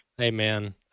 Amen